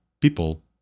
people